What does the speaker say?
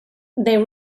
they